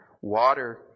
water